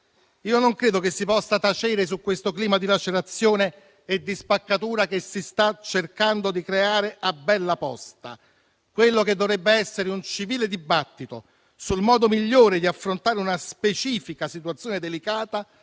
non credo che si possa tacere su questo clima di lacerazione e di spaccatura che si sta cercando di creare a bella posta. Quello che dovrebbe essere un civile dibattito sul modo migliore di affrontare una specifica situazione delicata